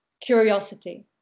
curiosity